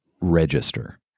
Register